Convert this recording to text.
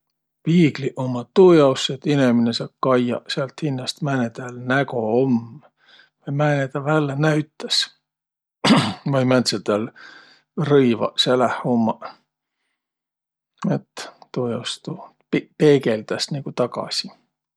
Piigliq ummaq tuujaos, et inemine saa kaiaq säält hinnäst, määne täl nägo um ja määne tä vällä näütäs. Vai määntseq täl rõivaq säläh ommaq, et tuujaos tuu pe- peegäldäs nigu tagasi.